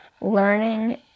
learning